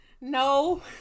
No